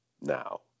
now